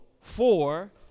four